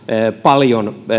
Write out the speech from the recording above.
paljon